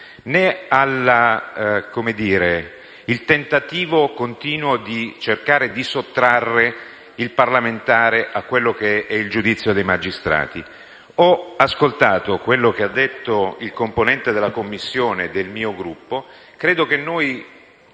né al tentativo continuo di cercare di sottrarre il parlamentare al giudizio dei magistrati. Ho ascoltato quello che ha detto il componente della Giunta del mio Gruppo. Credo che,